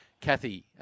Kathy